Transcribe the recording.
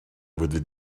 flwyddyn